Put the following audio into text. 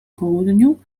południu